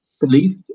belief